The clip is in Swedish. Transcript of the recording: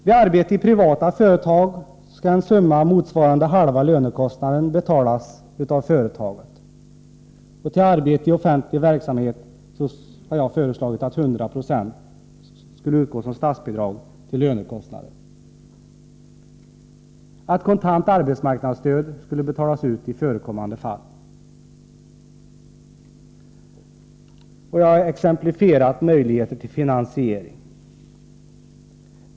Vid arbete i privata företag skulle en summa motsvarande halva lönekostnaden betalas av företaget, och vid arbete i offentlig verksamhet har jag föreslagit att 100 96 skulle utgå som statsbidrag till lönekostnaderna. Jag har exemplifierat möjligheter till finansiering.